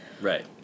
Right